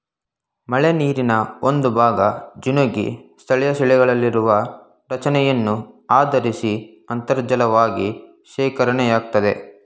ಮಳೆನೀರಿನ ಒಂದುಭಾಗ ಜಿನುಗಿ ಸ್ಥಳೀಯಶಿಲೆಗಳಲ್ಲಿರುವ ರಚನೆಯನ್ನು ಆಧರಿಸಿ ಅಂತರ್ಜಲವಾಗಿ ಶೇಖರಣೆಯಾಗ್ತದೆ